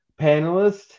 panelist